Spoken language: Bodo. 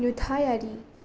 नुथायारि